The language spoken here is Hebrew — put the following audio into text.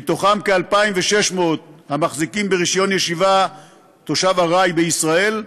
מהם כ-2,600 המחזיקים ברישיון ישיבת תושב ארעי בישראל,